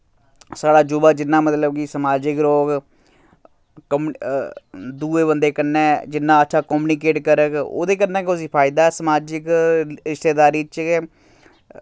साढ़ा युवा जिन्ना मतलब कि समाजिक रोग कोम दुए बंदे कन्नै जिन्ना अच्छा कोमनिकेट करग ओह्दे कन्नै गै उसी फायदा ऐ समाजक रिश्तेदारी च गै